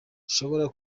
rishoboka